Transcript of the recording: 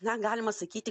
na galima sakyti